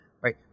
right